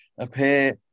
appear